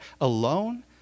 alone